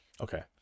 Okay